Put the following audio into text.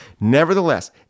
Nevertheless